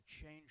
change